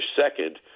second